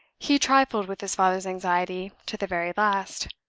he trifled with his father's anxiety to the very last.